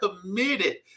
committed